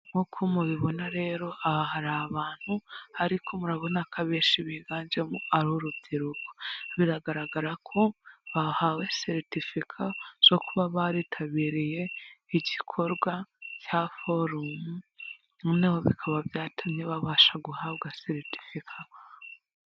Nk'uko mubibona rero, aha hari abantu, ariko murabona ko abenshi biganjemo ari urubyiruko, biragaragara ko bahawe seretifika zo kuba baritabiriye igikorwa cya forumu, noneho bikaba byatumye babasha guhabwa seretifika.